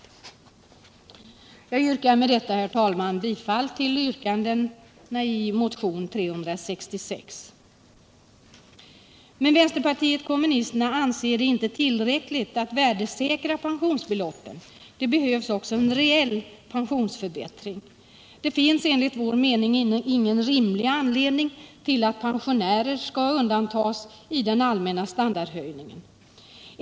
Med detta, herr talman, hemställer jag om bifall till yrkandena i motionen 366. Men vänsterpartiet kommunisterna anser det inte tillräckligt att värdesäkra pensionsbeloppen. Det behövs också en reell pensionsförbättring. Det finns enligt vår mening ingen rimlig anledning till att pensionärer skall undantas i den allmänna standardhöjningen.